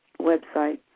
website